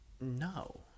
No